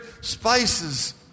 spices